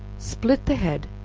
split the head,